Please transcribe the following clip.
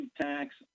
tax